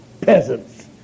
peasants